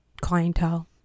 clientele